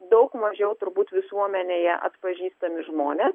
daug mažiau turbūt visuomenėje atpažįstami žmonės